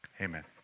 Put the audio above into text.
Amen